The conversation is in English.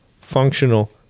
functional